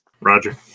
Roger